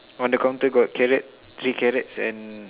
on the counter got carrot three carrots and